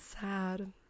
Sad